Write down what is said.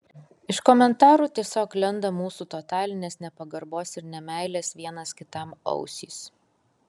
iš komentarų tiesiog lenda mūsų totalinės nepagarbos ir nemeilės vienas kitam ausys